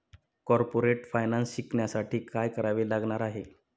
Corporate finance शिकण्यासाठी काय करावे लागणार आहे?